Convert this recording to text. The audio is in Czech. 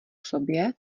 sobě